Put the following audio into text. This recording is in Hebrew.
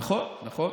נכון, נכון.